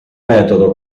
metodo